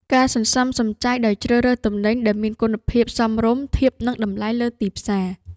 ការសន្សំសំចៃដោយជ្រើសរើសទំនិញដែលមានគុណភាពសមរម្យធៀបនឹងតម្លៃលើទីផ្សារ។